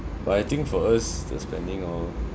but I think for us the spending all